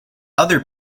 other